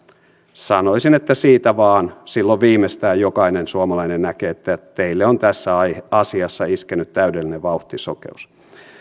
sanoisin että siitä vaan silloin viimeistään jokainen suomalainen näkee että teille on tässä asiassa iskenyt täydellinen vauhtisokeus